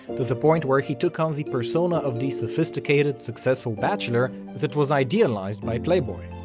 the the point where he took on the persona of the sophisticated, successful bachelor that was idealized by playboy.